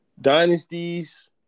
Dynasties